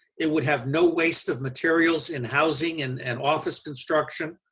it would have no waste of materials, and housing and and office construction.